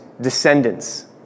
descendants